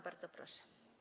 Bardzo proszę.